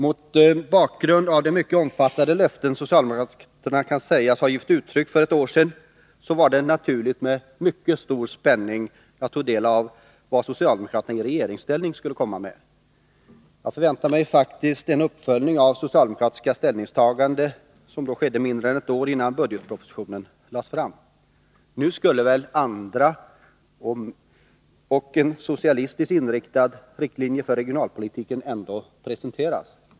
Mot bakgrund av de mycket omfattande löften socialdemokraterna kan sägas ha givit uttryck åt för ett år sedan, var det naturligt att jag med mycket stor spänning tog del av vad socialdemokraterna i regeringsställning skulle komma med. Jag förväntade mig faktiskt en uppföljning av socialdemokraternas ställningstagande, som skedde mindre än ett år innan budgetpropositionen lades fram. Nu skulle väl andra och socialistiskt inriktade riktlinjer för regionalpolitiken presenteras?